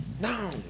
No